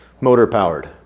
motor-powered